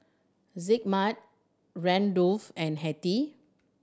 Zigmund Randolf and Hetty